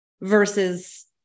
versus